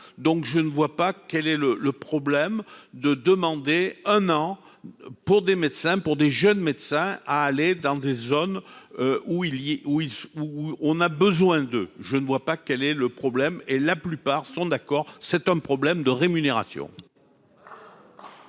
donc je ne vois pas quel est le le problème de demander un an pour des médecins pour des jeunes médecins à aller dans des zones où il y où il où on a besoin de, je ne vois pas quel est le problème et la plupart sont d'accord, c'est un problème de rémunération.